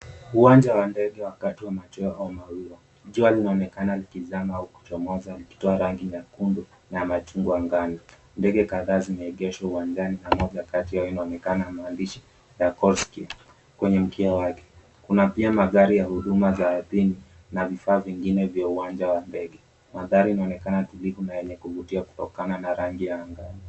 Uwanja wa ndege wakati wa machweo au mawio, jua linaonekana likizama au likichomoza likitoa rangi nyekundu na machungwa ngano. Ndege kadhaa zimeegeshwa uwanjani na moja kati yao inaonekana maandishi ya, Corsc, kwenye mkia wake. Kuna pia mandhari ya huduma za ardhini na vifaa vingine vya ndege wake. Mandhari inaonekana inaonekana tulivu kutokana na rangi ya angani.